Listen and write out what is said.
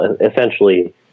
essentially